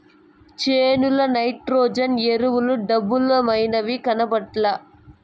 చేనుల నైట్రోజన్ ఎరువుల డబ్బలేమైనాయి, కనబట్లా